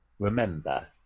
remember